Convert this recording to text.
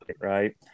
right